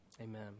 amen